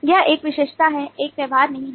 यह एक विशेषता है एक व्यवहार नहीं है